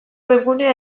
webgunea